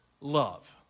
Love